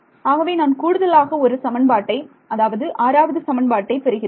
ஆகவே நான் கூடுதலாக ஒரு சமன்பாட்டை அதாவது ஆறாவது சமன்பாட்டை பெறுகிறேன்